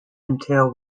until